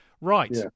Right